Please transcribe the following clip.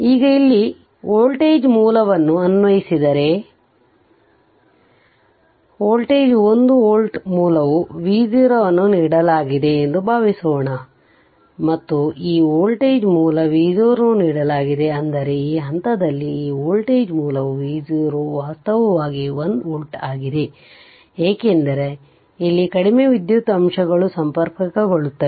ಈಗ ಇಲ್ಲಿ ವೋಲ್ಟೇಜ್ ಮೂಲವನ್ನು ಅನ್ವಯಿಸಿದರೆ ವೋಲ್ಟೇಜ್ 1 ವೋಲ್ಟೇಜ್ ಮೂಲವು V0 ಅನ್ನು ನೀಡಲಾಗಿದೆ ಎಂದು ಭಾವಿಸೋಣ ಮತ್ತು ಈ ವೋಲ್ಟೇಜ್ ಮೂಲ V0 ನೀಡಲಾಗಿದೆ ಅಂದರೆ ಈ ಹಂತದಲ್ಲಿ ಈ ವೋಲ್ಟೇಜ್ ಮೂಲವು V0 ವಾಸ್ತವವಾಗಿ 1 ವೋಲ್ಟ್ ಆಗಿದೆ ಏಕೆಂದರೆ ಇಲ್ಲಿ ಕಡಿಮೆ ವಿದ್ಯುತ್ ಅಂಶಗಳು ಸಂಪರ್ಕಗೊಳ್ಳುತ್ತವೆ